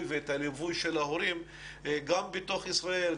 ואת הליווי של ההורים גם בתוך ישראל,